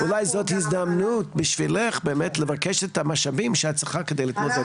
אולי זאת הזדמנות בשבילך באמת לבקש את המשאבים שאת צריכה בשביל לטפל.